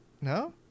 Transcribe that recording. No